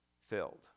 Filled